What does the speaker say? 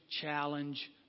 challenge